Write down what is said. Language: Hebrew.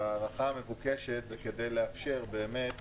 בהארכה המבוקשת הוא כדי לאפשר באמת